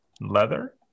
leather